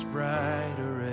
Brighter